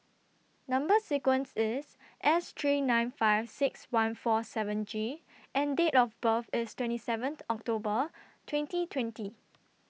Number sequence IS S three nine five six one four seven G and Date of birth IS twenty seventh October twenty twenty